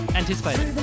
anticipated